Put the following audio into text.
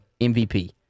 MVP